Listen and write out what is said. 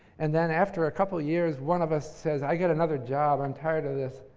and then after a couple of years, one of us says, i've got another job. i'm tired of this.